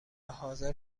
حاضر